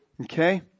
Okay